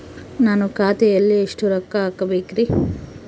ನಾನು ಖಾತೆಯಲ್ಲಿ ಎಷ್ಟು ರೊಕ್ಕ ಹಾಕಬೇಕ್ರಿ?